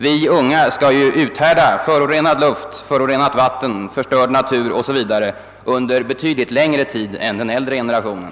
Vi unga skall ju uthärda förorenad luft, nedsmutsat vatten, förstörd natur o. s. Vv. under betydligt längre tid än den äldre generationen.